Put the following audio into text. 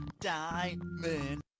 diamond